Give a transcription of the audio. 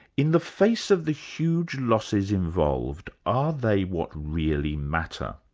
in the face of the huge losses involved, are they what really matter?